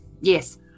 Yes